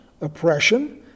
oppression